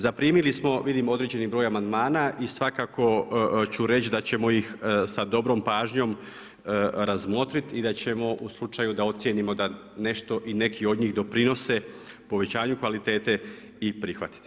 Zaprimili smo vidim određeni broj amandmana i svakako ću reći da ćemo ih sa dobrom pažnjom razmotriti i da ćemo u slučaju da ocijenimo da nešto i neki od njih doprinose povećanju kvalitete i prihvatiti.